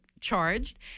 charged